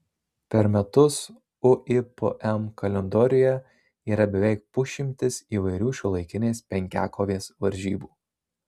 per metus uipm kalendoriuje yra beveik pusšimtis įvairių šiuolaikinės penkiakovės varžybų